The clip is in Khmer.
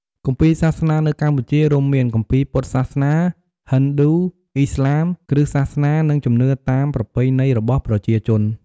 គម្ពីរសាសនានៅកម្ពុជារួមមាន គម្ពីរពុទ្ធសាសនា ហិណ្ឌូ អ៊ីស្លាម គ្រីស្ទសាសនា និង ជំនឿតាមប្រពៃណីរបស់ប្រជាជន។